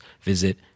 visit